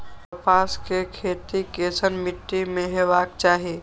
कपास के खेती केसन मीट्टी में हेबाक चाही?